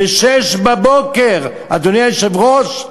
ב-06:00, אדוני היושב-ראש.